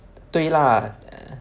对 lah